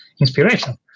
inspiration